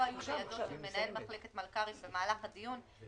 היו בידו של מנהל מחלקת המלכ"רים במהלך הדיון,